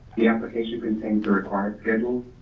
the application contains the required schedule.